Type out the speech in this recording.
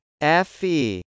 FE